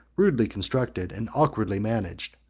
rudely constructed and awkwardly managed,